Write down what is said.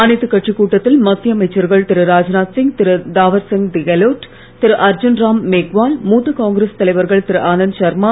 அனைத்துக் கட்சிக் கூட்டத்தில் மத்திய அமைச்சர்கள் திரு ராஜ்நாத்சிங் திரு தாவர் சந்த் கெலோட் திரு அர்ஜுன்ராம் மேக்வால் மூத்த காங்கிரஸ் தலைவர்கள் திரு ஆனந்த் சர்மா